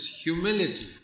humility